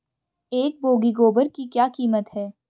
एक बोगी गोबर की क्या कीमत है?